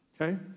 okay